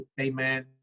amen